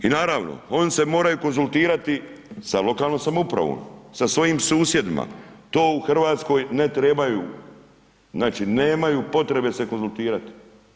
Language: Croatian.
I naravno oni se moraju konzultirati sa lokalnom samoupravom, sa svojim susjedima, to u Hrvatskoj ne trebaju, znači nemaju potrebe se konzultirati.